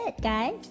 guys